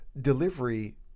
delivery